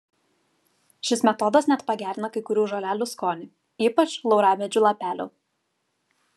šis metodas net pagerina kai kurių žolelių skonį ypač lauramedžių lapelių